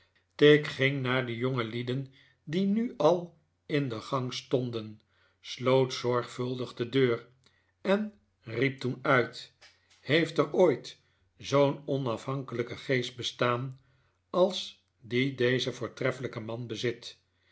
tigg ging naar de jongelieden die nu al in de gang stonden sloot zorgvuldig de deur en riep toen uit heeft er ooit zoo'n onafhankelijke geest bestaan als die deze voortreffelijke man bezit